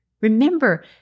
Remember